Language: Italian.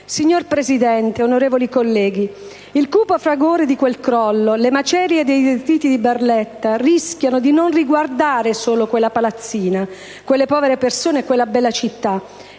Signora Presidente, onorevoli colleghi, il cupo fragore di quel crollo, le macerie e i detriti di Barletta rischiano di non riguardare solo quella palazzina, quelle povere persone e quella bella città.